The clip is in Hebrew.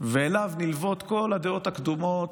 ונלוות אליו כל הדעות הקדומות,